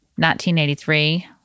1983